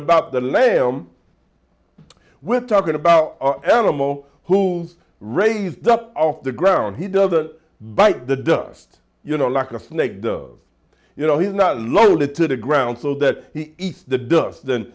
about the lamb we're talking about animal who's raised up off the ground he doesn't bite the dust you know like a snake does you know he's not loaded to the ground so that he eats the dust th